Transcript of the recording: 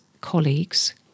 colleagues